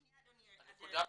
שניה אדוני --- הנקודה ברורה.